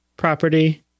property